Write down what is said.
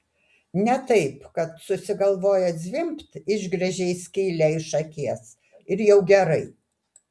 ne taip kad susigalvojęs zvimbt išsigręžei skylę iš akies ir jau gerai